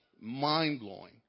Mind-blowing